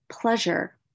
pleasure